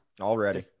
already